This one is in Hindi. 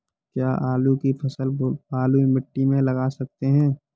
क्या आलू की फसल बलुई मिट्टी में लगा सकते हैं?